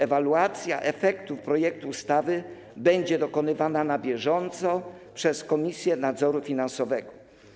Ewaluacja efektów projektu ustawy będzie dokonywana na bieżąco przez Komisję Nadzoru Finansowego.